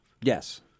Yes